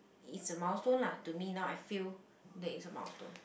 is a milestone lah to me now I feel that is a milestone